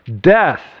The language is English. Death